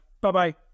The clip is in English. Bye-bye